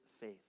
faith